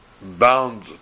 bound